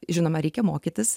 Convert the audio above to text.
žinoma reikia mokytis